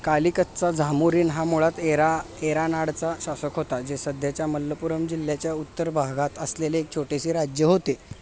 कालीकतचा Zamorin हा मुळात एरा एरानाडचा शासक होता जे सध्याच्या मलप्पुरम जिल्ह्याच्या उत्तर भागात असलेले छोटेसे राज्य होते